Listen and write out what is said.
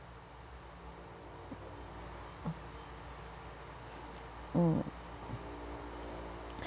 mm